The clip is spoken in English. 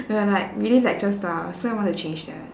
were like really lecture style so I want to change that